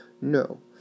no